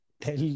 tell